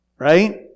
Right